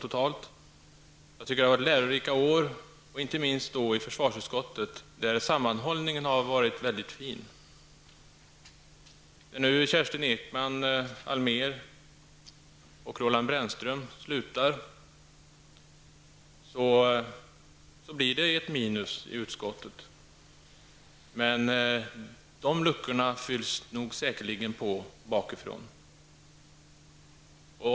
Jag tycker att det har varit lärorika år, inte minst i försvarsutskottet, där sammanhållningen har varit mycket fin. Brännström avgår blir det ett tomrum i utskottet, även om luckorna efter dem naturligtvis kommer att fyllas på bakifrån.